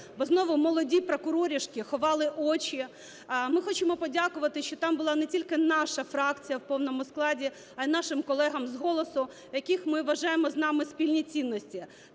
бо знову молоді прокуроришки ховали очі. Ми хочемо подякувати, що там була не тільки наша фракція у повному складі, а й нашим колегам з "Голосу", у яких, ми вважаємо, з нами спільні цінності